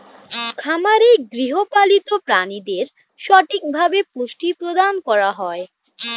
খামারে গৃহপালিত প্রাণীদের সঠিকভাবে পুষ্টি প্রদান করা হয়